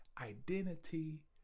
identity